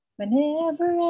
Whenever